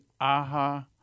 aha